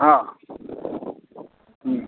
हॅं हॅं